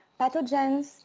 pathogens